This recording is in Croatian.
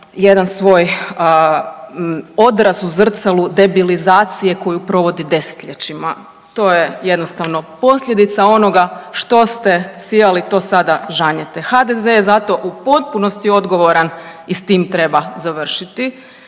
jedan svoj odraz u zrcalu debilizacije koju provodi desetljećima. To je jednostavno posljedica onoga što ste sijali to sada žanjete. HDZ je zato u potpunosti odgovoran i s tim treba završiti